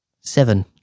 Seven